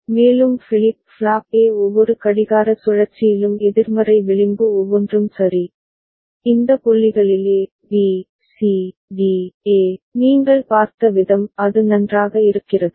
மேலும் flip flop A ஒவ்வொரு கடிகார சுழற்சியிலும் எதிர்மறை விளிம்பு ஒவ்வொன்றும் சரி இந்த புள்ளிகளில் a b c d e நீங்கள் பார்த்த விதம் அது நன்றாக இருக்கிறதா